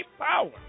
power